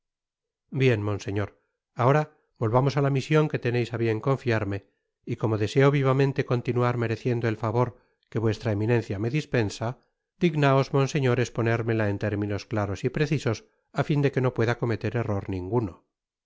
bien monseñor ahora volvamos á la mision que teneis á bien confiarme y como deseo vivamente continuar mereciendo el favor que vuestra eminencia me dispensa dignaos monseñor esponérmela en términos claros y precisos á fin de que no pueda cometer error ninguno